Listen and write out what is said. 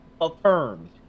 affirmed